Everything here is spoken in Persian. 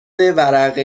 ورقه